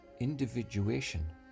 individuation